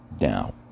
Now